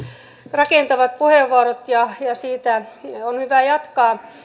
rakentavat puheenvuorot ja siitä on hyvä jatkaa